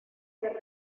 ser